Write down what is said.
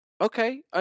Okay